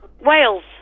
Wales